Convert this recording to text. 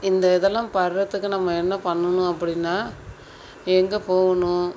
இந்த இதெலாம் படுறதுக்கு நம்ம என்ன பண்ணணும் அப்படினா எங்கே போகணும்